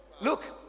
Look